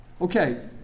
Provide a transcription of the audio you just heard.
Okay